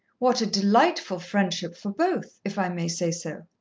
what a delightful friendship for both, if i may say so.